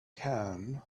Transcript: can